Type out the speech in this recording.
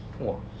oh